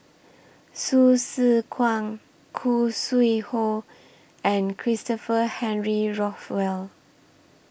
Hsu Tse Kwang Khoo Sui Hoe and Christopher Henry Rothwell